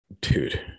dude